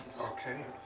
Okay